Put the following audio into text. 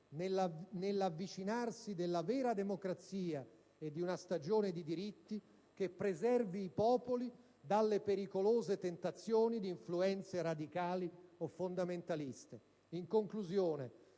nell'avvicinarsi della vera democrazia e di una stagione di diritti, preservi i popoli dalle pericolose tentazioni di influenze radicali o fondamentaliste. In conclusione,